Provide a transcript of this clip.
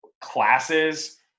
classes